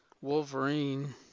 Wolverine